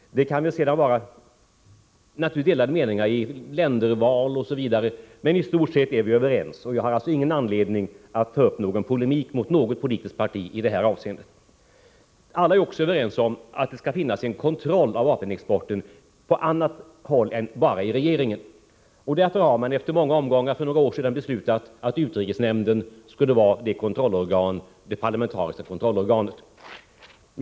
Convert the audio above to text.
Det kan naturligtvis vara delade meningar när det gäller länderval osv., men i stort sett är vi överens. Jag har alltså ingen anledning att gå in i någon polemik mot något politiskt parti i detta avseende. Alla är också överens om att kontroll av vapenexporten även skall finnas på annat håll än bara hos regeringen. Därför har man efter många omgångar för många år sedan beslutat att utrikesnämnden skulle vara det parlamentariska kontrollorganet.